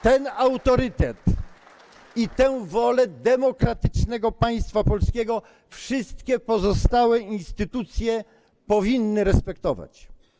Ten autorytet i tę wolę demokratycznego państwa polskiego wszystkie pozostałe instytucje powinny respektować.